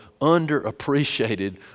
underappreciated